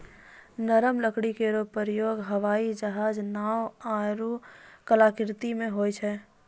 नरम लकड़ी केरो प्रयोग हवाई जहाज, नाव आरु कलाकृति म होय छै